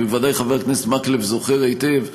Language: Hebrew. בוודאי חבר הכנסת מקלב זוכר היטב,